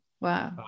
Wow